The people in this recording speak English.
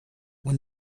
when